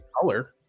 color